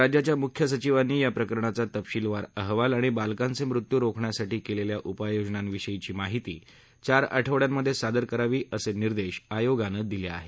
राज्याच्या मुख्य सचिवांनी या प्रकरणाचा तपशीलवार अहवाल आणि बालकांचे मृत्यू रोखण्यासाठी केलेल्या उपाय योजनांविषयीचा अहवाल चार आठवङ्यांमध्ये सादर करावा असे निर्देश आयोगानं दिले आहेत